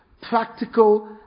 practical